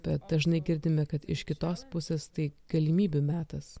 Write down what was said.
bet dažnai girdime kad iš kitos pusės tai galimybių metas